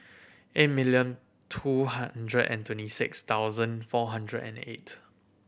eight million two hundred and twenty six thousand four hundred and eight